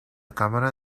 cámara